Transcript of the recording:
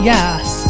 Yes